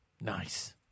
Nice